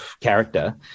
character